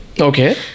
Okay